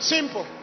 simple